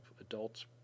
adults